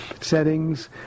settings